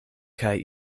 kaj